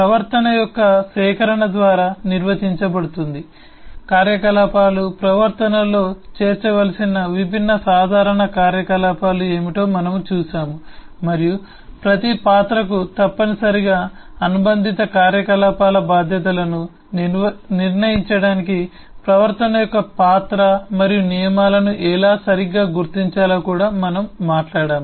ప్రవర్తన యొక్క సేకరణ ద్వారా నిర్వచించబడుతుంది కార్యకలాపాలు ప్రవర్తనలో చేర్చవలసిన విభిన్న సాధారణ కార్యకలాపాలు ఏమిటో మనము చూశాము మరియు ప్రతి పాత్రకు తప్పనిసరిగా అనుబంధిత కార్యకలాపాల బాధ్యతలను నిర్ణయించడానికి ప్రవర్తన యొక్క పాత్ర మరియు నియమాలను ఎలా సరిగ్గా గుర్తించాలో కూడా మనము మాట్లాడాము